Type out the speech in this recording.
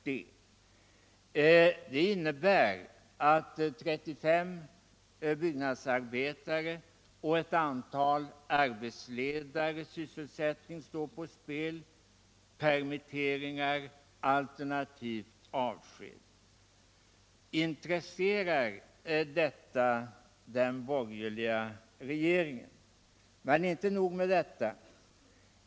Detta innebär att 35 byggnadsarbetares och ett antal arbetsledares sysselsättning står på spel —- permitteringar alternativt avsked. Intresserar detta den borgerliga regeringen? Men inte nog med det.